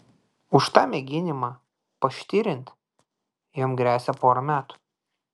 už tą mėginimą paštirinti jam gresia pora metų